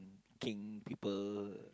king people